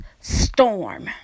storm